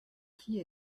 qui